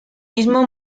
mismo